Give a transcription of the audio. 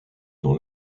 dans